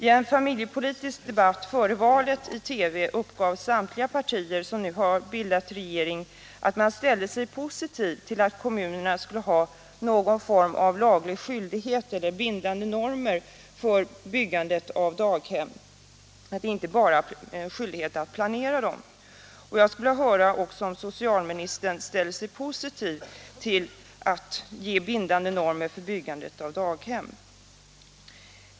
I en familjepolitisk debatt i TV före valet uppgav samtliga de partier som nu har bildat regering att man ställde sig positiv till att kommunerna skulle ha någon form av laglig skyldighet eller bindande normer för byggandet av daghem och inte bara skyldighet att planera byggandet. Jag skulle vilja höra om socialministern ställer sig positiv till att ge bindande normer för byggande av daghem.